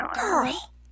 girl